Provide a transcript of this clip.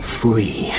free